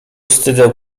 wstydzę